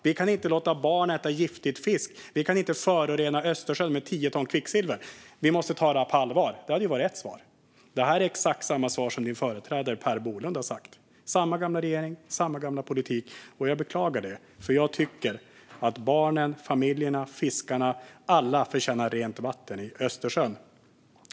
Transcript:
Vi kan inte låta barn äta giftig fisk. Vi kan inte förorena Östersjön med tio ton kvicksilver. Vi måste ta det här på allvar. Det hade varit ett svar. Det här är exakt samma svar som din företrädare Per Bolund har givit - samma gamla regering, samma gamla politik. Jag beklagar det, för jag tycker att barnen, familjerna, fiskarna, ja, alla förtjänar rent vatten i Östersjön.